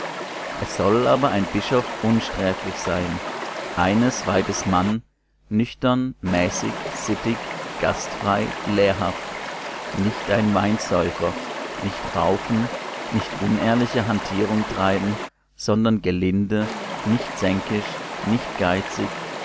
es soll aber ein bischof unsträflich sein eines weibes mann nüchtern mäßig sittig gastfrei lehrhaft nicht ein weinsäufer nicht raufen nicht unehrliche hantierung treiben sondern gelinde nicht zänkisch nicht geizig